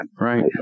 Right